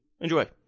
Enjoy